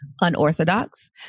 unorthodox